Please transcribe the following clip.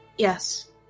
Yes